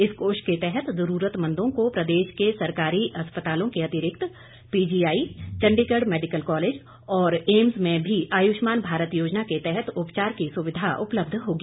इस कोष के तहत जरूरतमंदों को प्रदेश के सरकारी अस्पतालों के अतिरिक्त पीजीआई चण्डीगढ़ मैडिकल कॉलेज और ऐम्स में भी आयुषमान भारत योजना के तहत उपचार की सुविधा उपलब्ध होगी